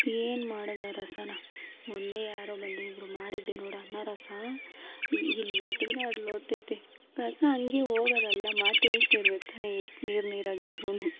ಏನು ಮಾಡೋದು ಆ ರಸಾನ ಮೊನ್ನೆ ಯಾರೋ ಬಂದಿದ್ರು ಮಾಡಿದ್ದೆ ನೋಡು ಅನ್ನ ರಸ ಎಲ್ಲ ರಸ ಹಂಗೆ ಹೋಗೋದಿಲ್ಲಮ್ಮ ಟೇಸ್ಟಿರ್ಬೇಕು ತಾನೇ ಎಷ್ಟು ನೀರು ನೀರಾಗಿ ಇದ್ರೂ